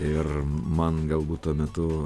ir man galbūt tuo metu